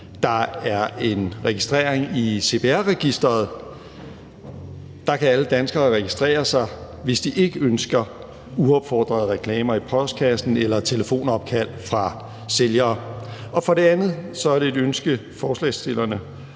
der er en registrering i CPR-registeret. Der kan alle danskere registrere sig, hvis de ikke ønsker uopfordrede reklamer i postkassen eller telefonopkald fra sælgere. For det andet er det et ønske fra forslagsstillerne